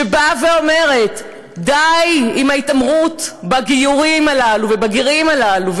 שאומרת: די עם ההתעמרות בגיורים הללו ובגרים הללו,